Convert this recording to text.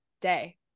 day